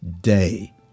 day